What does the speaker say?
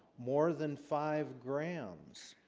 more than five grams